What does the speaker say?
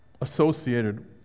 associated